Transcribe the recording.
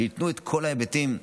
שייתנו את כל ההיבטים.